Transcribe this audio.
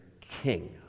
king